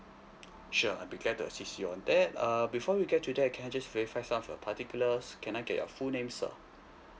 sure I'll be glad to assist you on that uh before we get to that can I just verify some of your particulars can I get your full name sir